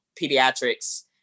pediatrics